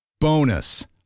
Bonus